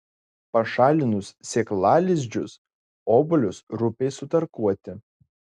pašalinus sėklalizdžius obuolius rupiai sutarkuoti